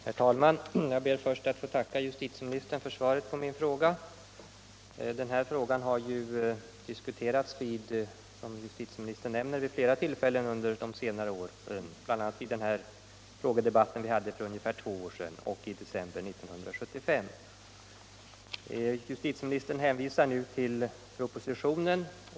Herr talman! Jag ber först att få tacka justitieministern för svaret på min fråga. Den här frågan har, som justitieministern nämnde, diskuterats vid flera tillfällen under de senare åren, bl.a. vid den frågedebatt vi hade för ungefär två år sedan och i december 1975. Justitieministern hänvisar nu till propositionen.